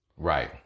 Right